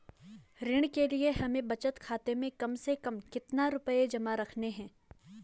ऋण के लिए हमें बचत खाते में कम से कम कितना रुपये जमा रखने हैं?